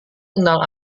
kenal